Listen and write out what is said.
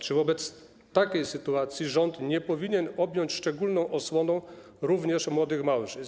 Czy wobec takiej sytuacji rząd nie powinien objąć szczególną osłoną również młodych małżeństw?